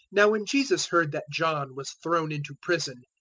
now when jesus heard that john was thrown into prison,